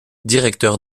directeur